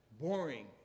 boring